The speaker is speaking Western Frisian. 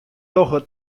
dogge